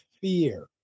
fear